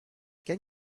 can